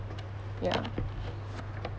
ya